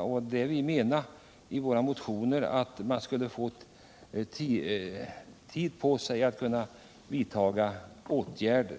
var det vi ville åstadkomma med våra motioner: att man skulle få tid på sig att vidta åtgärder.